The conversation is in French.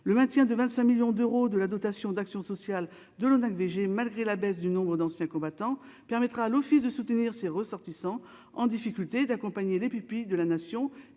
le maintien de 25 millions d'euros de la dotation d'action sociale de l'ONAC DG malgré la baisse du nombre d'anciens combattants, permettra à l'Office de soutenir ses ressortissants en difficulté d'accompagner les pupilles de la nation